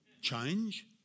Change